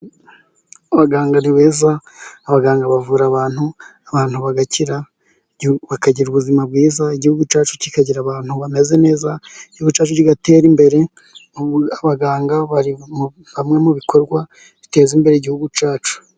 Abaganga ni beza, abaganga bavura abantu, abantu bagakira, bakagira ubuzima bwiza, igihugu cyacu kikagira abantu bameze neza, igihugu cyacu kigatera imbere, abaganga bari bamwe mu bikorwa biteza imbere igihugu cyacu.